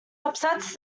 upsets